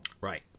Right